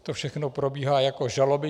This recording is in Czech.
To všechno probíhá jako žaloby.